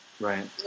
right